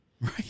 Right